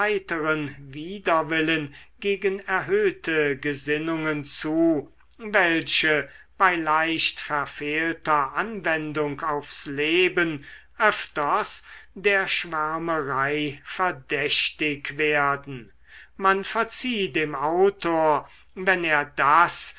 widerwillen gegen erhöhte gesinnungen zu welche bei leicht verfehlter anwendung aufs leben öfters der schwärmerei verdächtig werden man verzieh dem autor wenn er das